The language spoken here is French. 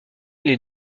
les